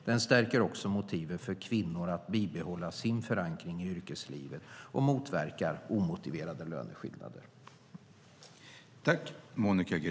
Den stärker också motiven för kvinnor att bibehålla sin förankring i yrkeslivet och motverkar omotiverade löneskillnader.